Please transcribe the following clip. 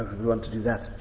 want to do that?